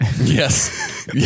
Yes